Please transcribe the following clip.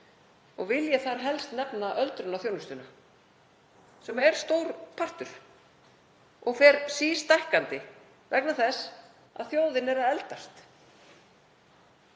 Vil ég þar helst nefna öldrunarþjónustuna sem er stór partur og fer sístækkandi vegna þess að þjóðin er að eldast.